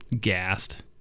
gassed